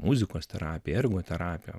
muzikos terapiją ergoterapiją